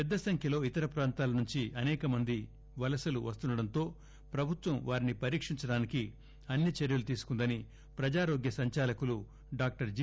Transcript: పెద్దసంఖ్యలో ఇతర ప్రాంతాల నుంచి అసేక మంది వలసలు వస్తుండటంతో ప్రభుత్వం వారిని పరీక్షించడానికి అన్ని చర్యలు తీసుకుందని ప్రజారోగ్య సంచాలకులు డాక్టర్ జి